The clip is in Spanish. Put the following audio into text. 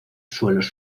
suelos